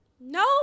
no